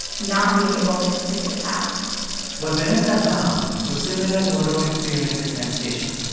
not being able to complete the task what vanessa found was similar to her own experience at penn station.